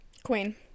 queen